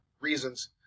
reasons